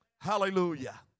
Hallelujah